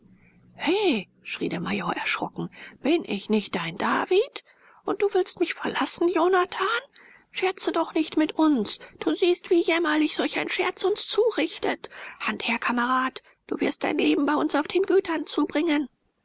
schrie der major erschrocken bin ich nicht dein david und du willst mich verlassen jonathan scherze doch nicht mit uns du siehst wie jämmerlich solch ein scherz uns zurichtet hand her kamerad du wirst dein leben bei uns auf den gütern zubringen